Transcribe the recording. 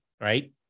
right